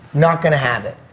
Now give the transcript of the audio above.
not going to have it.